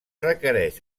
requereix